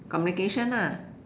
communication ah